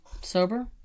sober